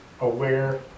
aware